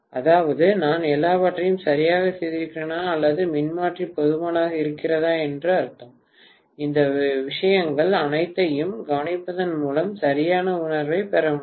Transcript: அதாவது நான் எல்லாவற்றையும் சரியாகச் செய்திருக்கிறேனா அல்லது மின்மாற்றி போதுமானதாக இருக்கிறதா என்று அர்த்தம் இந்த விஷயங்கள் அனைத்தையும் கவனிப்பதன் மூலம் சரியான உணர்வைப் பெற முடியும்